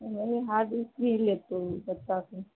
नहि hard disk ही लेते बच्चा सब